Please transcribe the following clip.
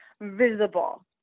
visible